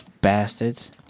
Bastards